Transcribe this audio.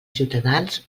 ciutadans